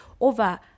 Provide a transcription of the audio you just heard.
over